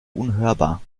unhörbar